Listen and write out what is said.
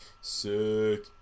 Sick